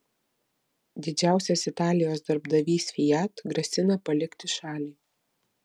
didžiausias italijos darbdavys fiat grasina palikti šalį